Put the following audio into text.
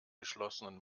geschlossenen